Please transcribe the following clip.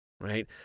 right